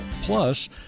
Plus